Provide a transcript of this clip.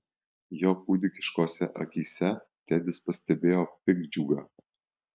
jo kūdikiškose akyse tedis pastebėjo piktdžiugą